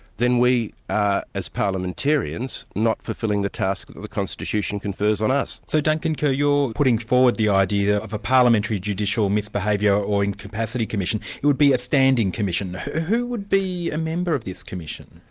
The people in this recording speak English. then we ah as parliamentarians not fulfilling the task that the constitution confers on us. so duncan kerr, you're putting forward the idea of a parliamentary judicial misbehaviour or incapacity commission it would be a standing commission. who would be a member of this commission?